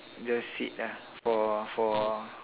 just sit ah for for